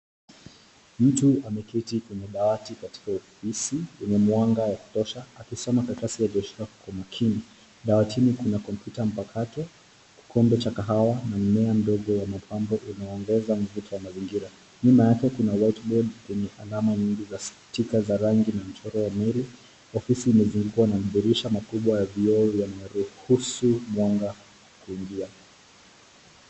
Mtu ameketi kwenye dawati katika ofisi yenye mwanga ya kutosha, akisoma karatasi aliyoshika kwa makini. Dawatini kuna komputa mpakato, kikombe cha kahawa na mmea mdogo wa mapambo unaoongeza mvuto wa mazingira. Nyuma yake kuna white board yenye alama nyingi za sticker za rangi na mchoro wa mwili. Ofisi imezungukwa na madirisha makubwa ya vioo yanaruhusu mwanga kuingia.